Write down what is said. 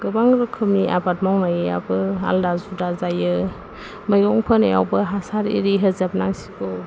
गोबां रोखोमनि आबाद मावनायाबो आलादा जुदा जायो मैगं फोनायावबो हासार एरि होजोबनांसिगौ